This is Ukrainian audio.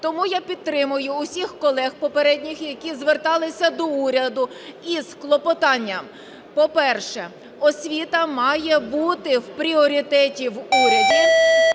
Тому я підтримую усіх колег, попередніх, які зверталися до уряду із клопотанням. По-перше, освіта має бути в пріоритеті в уряду.